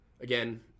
Again